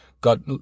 God